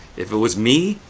if it was me,